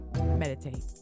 meditate